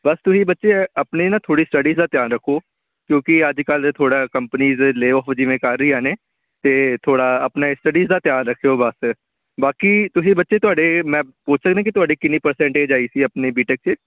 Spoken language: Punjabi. ਬਸ ਤੁਸੀਂ ਬੱਚੇ ਆਪਣੇ ਨਾ ਥੋੜ੍ਹੀ ਸਟੱਡੀਜ਼ ਦਾ ਧਿਆਨ ਰੱਖੋ ਕਿਉਂਕਿ ਅੱਜ ਕੱਲ੍ਹ ਥੋੜ੍ਹਾ ਕੰਪਨੀਜ਼ ਲੇ ਔਫ ਜਿਵੇਂ ਕਰ ਰਹੀਆਂ ਨੇ ਅਤੇ ਥੋੜ੍ਹਾ ਆਪਣੇ ਸਟੱਡੀਜ ਦਾ ਧਿਆਨ ਰੱਖਿਓ ਬਸ ਬਾਕੀ ਤੁਸੀਂ ਬੱਚੇ ਤੁਹਾਡੇ ਮੈਂ ਪੁੱਛ ਸਕਦਾਂ ਕਿ ਤੁਹਾਡੀ ਕਿੰਨੀ ਪ੍ਰਸੈਂਟੇਜ ਆਈ ਸੀ ਆਪਣੇ ਬੀਟੈਕ 'ਚ